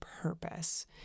purpose